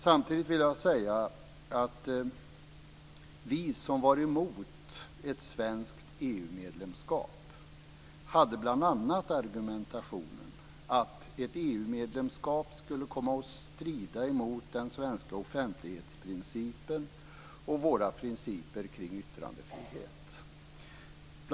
Samtidigt vill jag säga att vi som var emot ett svenskt EU-medlemskap bl.a. hade argumentationen att ett EU-medlemskap skulle komma att strida mot den svenska offentlighetsprincipen och våra principer kring yttrandefrihet.